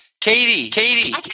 Katie